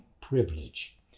privilege